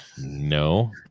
No